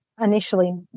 initially